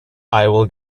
will